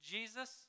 Jesus